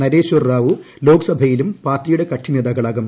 നേശ്വർ റാവു ലോക്സഭയിലും പാർട്ടിയുടെ കക്ഷി നേതാക്കാളാവും